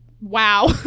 Wow